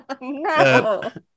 No